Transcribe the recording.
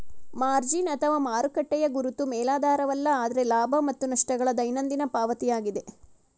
margin ಅಥವಾ ಮಾರುಕಟ್ಟೆಯ ಗುರುತು ಮೇಲಾಧಾರವಲ್ಲ ಆದ್ರೆ ಲಾಭ ಮತ್ತು ನಷ್ಟ ಗಳ ದೈನಂದಿನ ಪಾವತಿಯಾಗಿದೆ